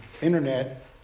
internet